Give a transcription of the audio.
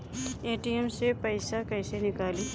ATM से पइसा कइसे निकली?